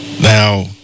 now